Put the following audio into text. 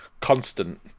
constant